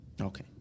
Okay